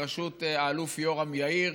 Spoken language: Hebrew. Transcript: בראשות האלוף יורם יאיר,